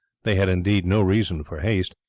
they had indeed no reason for haste.